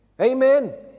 Amen